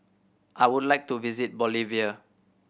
I would like to visit Bolivia